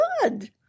good